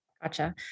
Gotcha